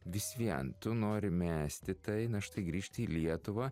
vis vien tu nori mesti tai na štai grįžti į lietuvą